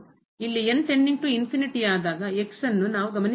ಇಲ್ಲಿ ಆದಾಗ ಅನ್ನು ನಾವು ಗಮನಿಸಬೇಕು